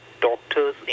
doctors